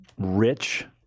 rich